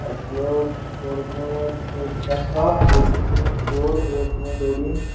اَسہِ اوس کوٚرمُت تٮ۪پتاف بیٚیہ اوس اَسہِ کورمُت سکور بیٚیہ اوس کورمُت ڈوڈیٖن